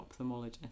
ophthalmologist